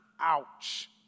Ouch